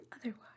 otherwise